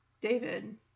David